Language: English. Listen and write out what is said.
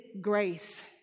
grace